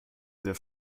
der